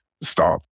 stop